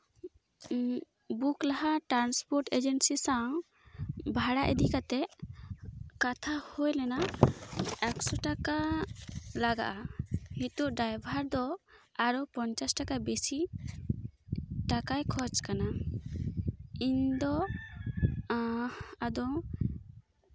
book ᱞᱟᱦᱟ transport agency ᱥᱟᱶ ᱵᱷᱟᱲᱟ ᱤᱫᱤ ᱠᱟᱛᱮᱜ ᱠᱟᱛᱷᱟ ᱦᱳᱭ ᱞᱮᱱᱟ ᱮᱠᱥᱳ ᱴᱟᱠᱟ ᱞᱟᱜᱟᱜᱼᱟ ᱱᱤᱛᱚᱜ ᱰᱨᱟᱵᱷᱟᱨ ᱫᱚ ᱟᱨᱚ ᱯᱚᱧᱪᱟᱥ ᱴᱟᱠᱟ ᱵᱮᱥᱤ ᱴᱟᱠᱟᱭ ᱠᱷᱚᱡᱽ ᱠᱟᱱᱟ ᱤᱧ ᱫᱚ ᱟᱫᱚ